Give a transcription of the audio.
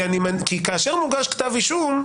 כי כאשר מוגש כתב אישום,